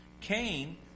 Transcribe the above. Cain